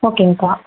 ஓகேங்க்கா